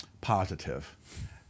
positive